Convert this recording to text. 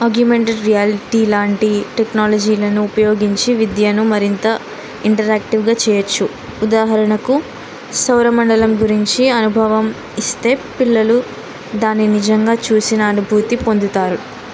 augmented reality లాంటి టెక్నాలజీలను ఉపయోగించి విద్యను మరింత ఇంటరాక్టివ్గా చెయ్యొచ్చు ఉదాహరణకు సౌరమండలం గురించి అనుభవం ఇస్తే పిల్లలు దాని నిజంగా చూసిన అనుభూతి పొందుతారు